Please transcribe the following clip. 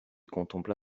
contempla